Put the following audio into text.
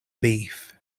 beef